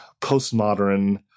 postmodern